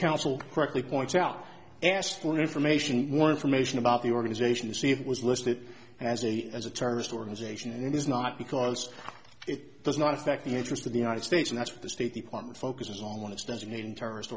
counsel correctly points out asked for information more information about the organization to see if it was listed as a as a terrorist organization and it is not because it does not affect the interest of the united states and that's what the state department focuses on this doesn't mean terrorist